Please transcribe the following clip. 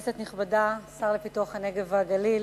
תודה לך, כנסת נכבדה, השר לפיתוח הנגב והגליל,